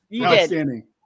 Outstanding